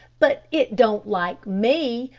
but it don't like me!